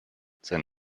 sein